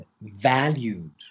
valued